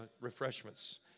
refreshments